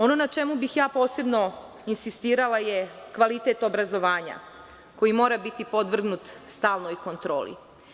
Ono na čemu bih ja posebno insistirala je kvalitet obrazovanja koji mora biti podvrgnut stalnoj kontroli.